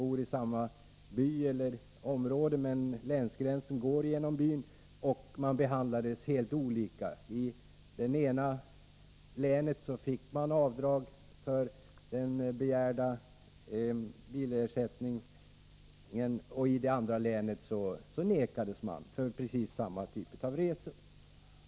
bor i samma by eller område, där länsgränsen går genom byn, har behandlats helt olika. I det ena länet har man fått avdrag för den begärda bilersättningen, medan man i det andra länet vägrats avdrag för precis samma typ av resor.